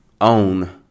own